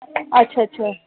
اچھا اچھا